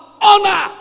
honor